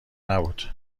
نبود